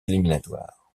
éliminatoires